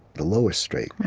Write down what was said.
the lowest string.